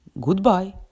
Goodbye